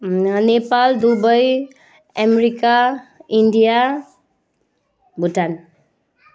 Nepal Dubai America India Bhutan